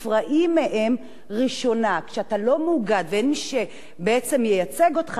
וכשאתה לא מאוגד ואין מי שבעצם ייצג אותך אתה נדחק לתחתית הרשימה.